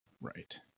Right